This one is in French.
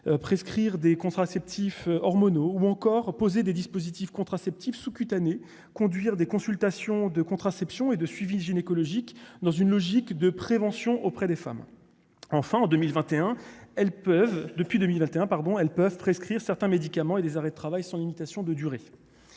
prescrire des contraceptifs hormonaux ou encore posé des dispositifs contraceptifs sous-cutané conduire des consultations de contraception et de suivi gynécologique dans une logique de prévention auprès des femmes, enfin en 2021, elles peuvent, depuis 2021 bon, elles peuvent prescrire certains médicaments et des arrêts de travail, sans limitation de durée,